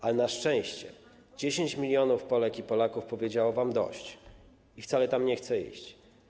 Ale na szczęście 10 mln Polek i Polaków powiedziało wam: dość, i wcale tam nie chce iść.